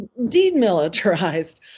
demilitarized